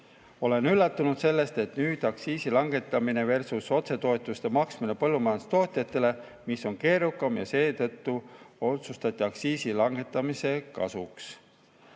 on üllatunud sellest, et on dilemma aktsiisi langetamineversusotsetoetuste maksmine põllumajandustootjatele, mis on keerukam. Seetõttu otsustati aktsiisi langetamise kasuks,